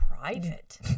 private